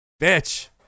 Bitch